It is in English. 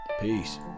peace